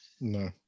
no